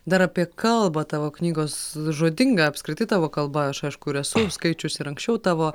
dar apie kalbą tavo knygos žodinga apskritai tavo kalba aš aišku ir esu skaičiusi ir anksčiau tavo